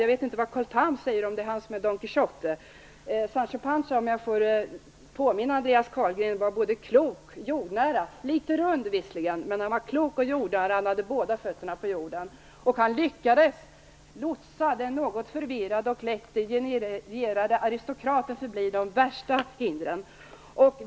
Jag vet inte vad Carl Tham säger, om det är han som är don Quijote, men låt mig påminna Andreas Carlgren om att Sancho Panza visserligen var litet rund men var både klok och jordnära och hade båda fötterna på jorden. Han lyckades lotsa den något förvirrade och lätt degenererade aristokraten förbi den värsta hindren.